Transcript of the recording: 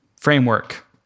framework